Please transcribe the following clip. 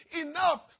enough